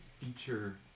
feature